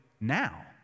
now